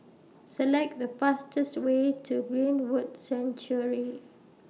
Select The fastest Way to Greenwood Sanctuary